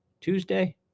Tuesday